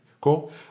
Cool